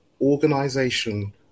organization